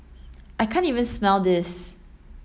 I can't even smell this